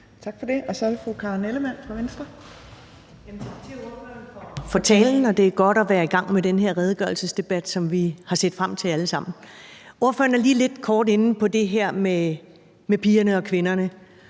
Venstre. Kl. 14:59 Karen Ellemann (V): Tak til ordføreren for talen. Det er godt at være i gang med den her redegørelsesdebat, som vi har set frem til alle sammen. Ordføreren er lige lidt kort ind på det med pigerne og kvinderne,